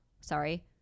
sorry